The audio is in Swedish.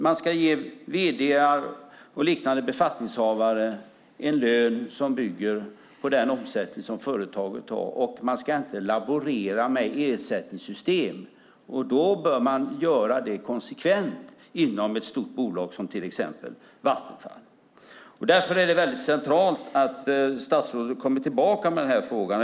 Man ska ge vd:ar och liknande befattningshavare en lön som bygger på den omsättning företaget har, och man ska inte laborera med ersättningssystem. Detta bör man göra konsekvent inom ett stort bolag som till exempel Vattenfall. Därför är det centralt att statsrådet kommer tillbaka med frågan.